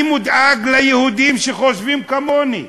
אני דואג ליהודים שחושבים כמוני,